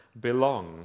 belong